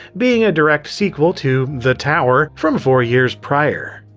being a direct sequel to the tower from four years prior.